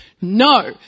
no